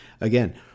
again